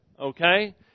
Okay